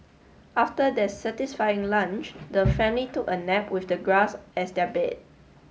after their satisfying lunch the family took a nap with the grass as their bed